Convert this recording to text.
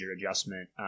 adjustment